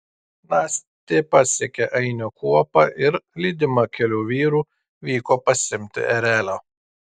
nastė pasiekė ainio kuopą ir lydima kelių vyrų vyko pasiimti erelio